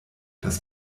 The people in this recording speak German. das